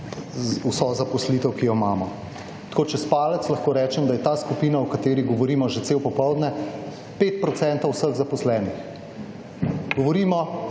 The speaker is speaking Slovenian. vso zaposlitev, ki jo imamo. Tako, čez palec lahko rečem, da je ta skupina o kateri govorimo že cel popoldne 5 % vseh zaposlenih. Govorimo